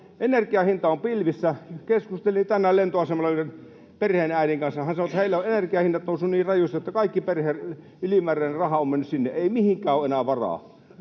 energian hinta on pilvissä. Keskustelin tänään lentoasemalla yhden perheenäidin kanssa, ja hän sanoi, että heillä ovat energianhinnat nousseet niin rajusti, että kaikki perheen ylimääräinen raha on mennyt sinne, ei mihinkään ole enää varaa.